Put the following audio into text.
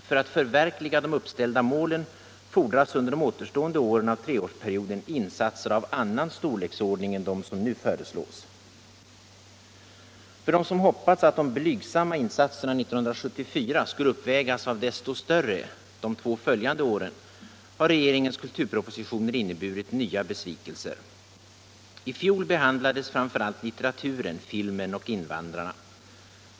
"För att förverkliga de uppställda målen fordras under de återstående åren av treårsperioden insatser av annan storleksordning än de som nu föreslås”. anförde vi också. För dem som hoppats att de blygsamma insatserna 1974 skulle uppvägas av desto större de två följande åren har regeringens ”kulturpropositioner” inneburit nya besvikelser. I fjol behandlades framför allt litteraturen, filmen och invandrarna.